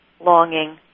longing